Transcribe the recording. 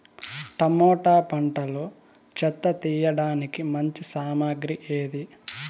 Tomato పంటలో చెత్త తీయడానికి మంచి సామగ్రి ఏది?